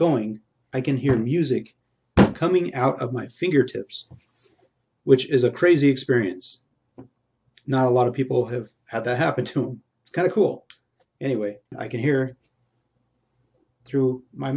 going i can hear music coming out of my fingertips it's which is a crazy experience not a lot of people have had that happen to it's kind of cool anyway i can hear through my